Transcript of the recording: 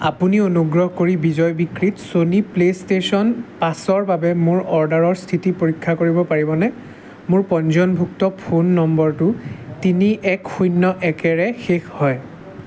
আপুনি অনুগ্ৰহ কৰি বিজয় বিক্ৰীত ছনী প্লে'ষ্টেচন পাঁচৰ বাবে মোৰ অৰ্ডাৰৰ স্থিতি পৰীক্ষা কৰিব পাৰিবনে মোৰ পঞ্জীয়নভুক্ত ফোন নম্বৰটো তিনি এক শূন্য একৰে শেষ হয়